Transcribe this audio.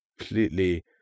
Completely